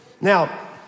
Now